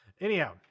Anyhow